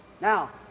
Now